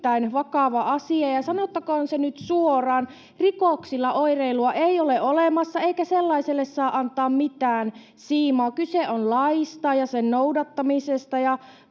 on erittäin vakava asia. Sanottakoon se nyt suoraan: rikoksilla oireilua ei ole olemassa eikä sellaiselle saa antaa mitään siimaa. Kyse on laista ja sen noudattamisesta,